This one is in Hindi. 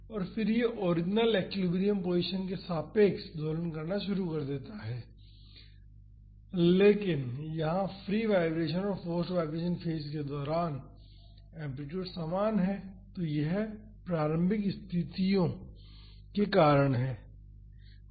और फिर यह ओरिजिनल एक्विलिब्रियम पोजीशन के सापेक्ष दोलन करना शुरू कर देता है लेकिन यहां फ्री वाईब्रेशन और फोर्स्ड वाईब्रेशन फेज के दौरान एम्पलीटूड समान है तो यह प्रारंभिक स्थितियों के कारण है